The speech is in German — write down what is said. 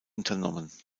unternommen